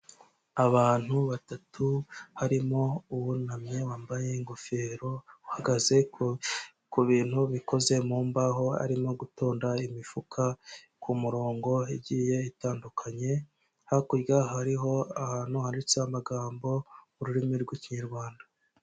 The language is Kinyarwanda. Abantu batatu harimo uwunamye wambaye ingofero, uhagaze ku bintu bikoze mu mbaho, arimo gutonda imifuka ku murongo igiye itandukanye, hakurya hariho ahantu handitseho amagambo mu rurimi rw'ikinyarwanda.